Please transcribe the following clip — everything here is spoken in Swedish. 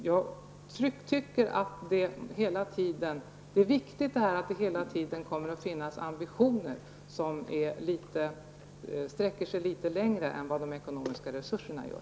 Jag tycker att det är viktigt att det hela tiden kommer att finnas ambitioner som sträcker sig litet längre än vad de ekonomiska resurserna gör.